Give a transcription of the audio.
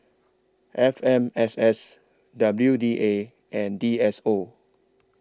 F M S S W D A and D S O